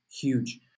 huge